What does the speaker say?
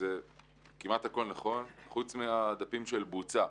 וכמעט הכול נכון חוץ מהדפים של בוצע.